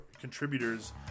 contributors